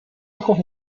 ojos